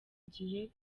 gihe